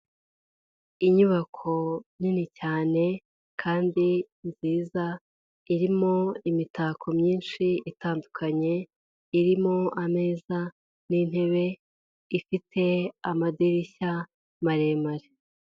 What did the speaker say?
Inyubako nini cyane kandi nziza, irimo imitako myinshi itandukanye, irimo ameza n'intebe, ifite amadirishya maremare.